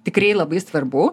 tikrai labai svarbu